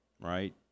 right